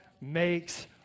makes